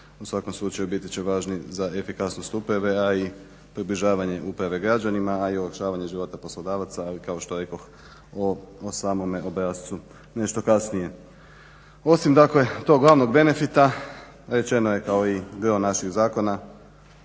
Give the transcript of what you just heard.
u svakom slučaju biti će važni za efikasnost uprave a i približavanje uprave građanima, a i olakšavanje života poslodavaca ali kao što rekoh o samome obrascu nešto kasnije. Osim dakle tog glavnog benefita, rečeno je kao GRO naših zakona